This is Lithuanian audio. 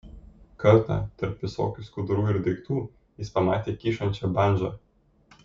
kartą tarp visokių skudurų ir daiktų jis pamatė kyšančią bandžą